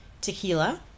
Tequila